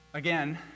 Again